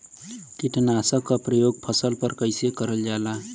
कीटनाशक क प्रयोग फसल पर कइसे करल जाला?